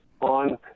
on